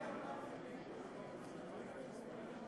הם אפשרו לעולם להיות